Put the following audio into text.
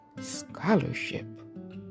scholarship